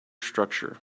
structure